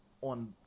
on